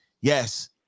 yes